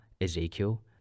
Ezekiel